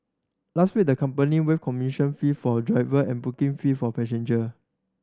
last week the company waived commission fee for driver and booking fee for passenger